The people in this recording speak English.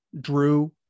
Drew